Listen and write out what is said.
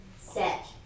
set